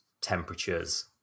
temperatures